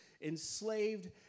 enslaved